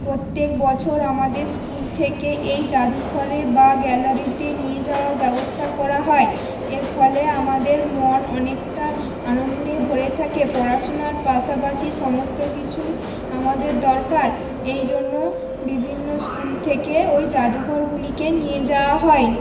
প্রত্যেক বছর আমাদের স্কুল থেকে এই যাদুঘরে বা গ্যালারিতে নিয়ে যাওয়ার ব্যবস্থা করা হয় এর ফলে আমাদের মন অনেকটা আনন্দে ভরে থাকে পড়াশুনার পাশাপাশি সমস্ত কিছুই আমাদের দরকার এই জন্য বিভিন্ন স্কুল থেকে ওই যাদুঘরগুলিকে নিয়ে যাওয়া হয়